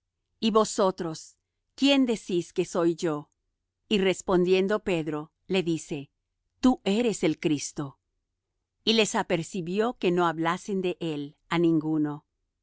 y vosotros quién decís que soy yo y respondiendo pedro le dice tú eres el cristo y les apercibió que no hablasen de él á ninguno y